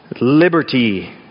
liberty